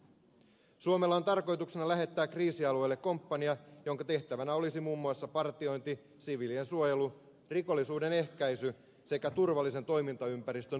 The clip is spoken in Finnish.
suomella on tarkoituksena lähettää kriisialueelle komppania jonka tehtävänä olisi muun muassa partiointi siviilien suojelu rikollisuuden ehkäisy sekä turvallisen toimintaympäristön luominen